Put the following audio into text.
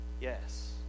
Yes